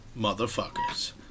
motherfuckers